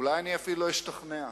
אולי אני אפילו אשתכנע,